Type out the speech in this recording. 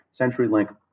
CenturyLink